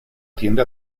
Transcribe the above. tiende